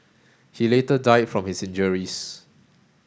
he later died from his injuries